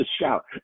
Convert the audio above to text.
shout